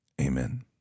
Amen